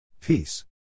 Peace